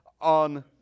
on